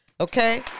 Okay